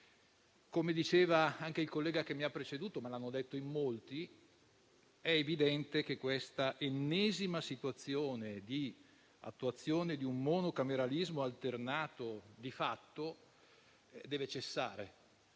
Come diceva anche il collega che mi ha preceduto, ma l'hanno detto in molti, è evidente che questa ennesima manifestazione dell'attuazione di un monocameralismo alternato di fatto deve cessare;